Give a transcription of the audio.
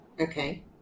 Okay